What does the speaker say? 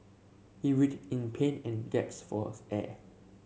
he writhed in pain and falls air